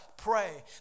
Pray